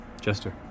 Jester